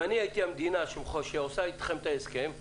אם אני הייתי המדינה שעושה איתכם את ההסכם,